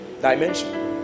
Dimension